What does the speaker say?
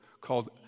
called